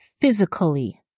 physically